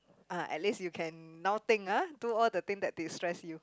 uh at least you can now think ah do all the thing that destress you